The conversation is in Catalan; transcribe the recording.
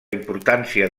importància